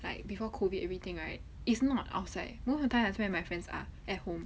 like before COVID everything right it's not outside most of the time I spend my friends are at home